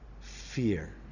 Fear